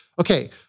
Okay